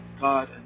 God